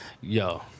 Yo